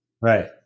Right